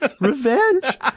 Revenge